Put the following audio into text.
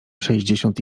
sześćdziesiąt